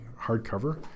hardcover